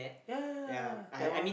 ya ya ya ya ya that one